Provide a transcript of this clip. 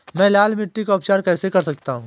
मैं लाल मिट्टी का उपचार कैसे कर सकता हूँ?